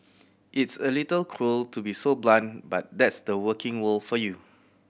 it's a little cruel to be so blunt but that's the working world for you